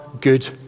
good